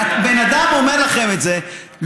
בן אדם אומר לכם את זה,